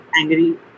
angry